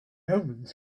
omens